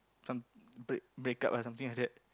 some break break up lah something like that